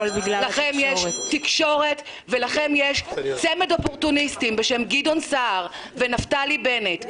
לכם יש תקשורת ולכם יש צמד אופורטוניסטים בשם גדעון סער ונפתלי בנט,